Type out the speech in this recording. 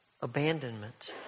abandonment